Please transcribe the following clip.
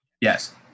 Yes